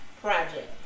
Project